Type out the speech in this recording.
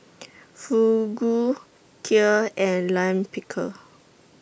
Fugu Kheer and Lime Pickle